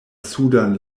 sudan